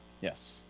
Yes